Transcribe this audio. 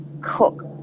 cook